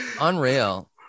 unreal